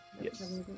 Yes